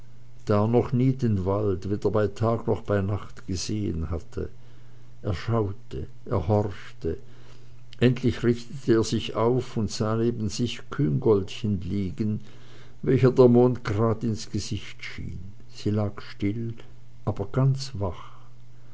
da er noch nie den wald weder bei tag noch bei nacht gesehen hatte er schaute er horchte endlich richtete er sich auf und sah neben sich küngoltchen liegen welcher der mond gerade ins gesicht schien sie lag still aber ganz wach